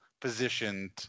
positioned